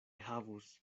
havus